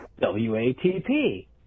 w-a-t-p